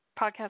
podcast